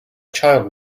child